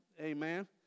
amen